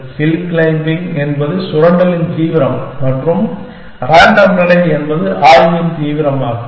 hill climbing என்பது சுரண்டலின் தீவிரம் மற்றும் ரேண்டம் நடை என்பது ஆய்வின் தீவிரமாகும்